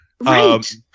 Right